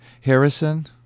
Harrison